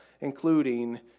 including